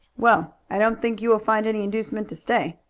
well, i don't think you will find any inducement to stay.